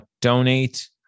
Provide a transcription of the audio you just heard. donate